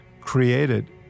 created